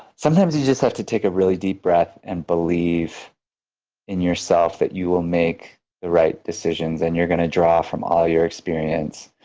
sometimes you just have to take a really deep breath and believe in yourself that you will make the right decisions, and you're going to draw from all your experience.